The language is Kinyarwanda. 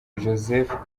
joseph